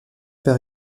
par